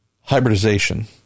hybridization